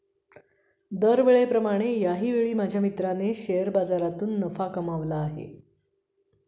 दरवेळेप्रमाणे याही वेळी माझ्या मित्राने शेअर बाजारातून नफा कमावला आहे